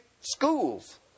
schools